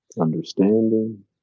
understanding